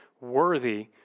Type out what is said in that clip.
worthy